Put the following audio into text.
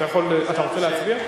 אתה רוצה להצביע?